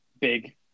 big